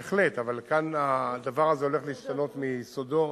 בהחלט, אבל כאן הדבר הזה הולך להשתנות מיסודו.